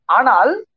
Anal